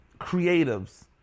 creatives